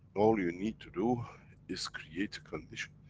all you need to do is create a condition,